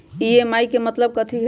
EMI के मतलब कथी होई?